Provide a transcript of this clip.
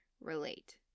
relate